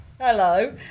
Hello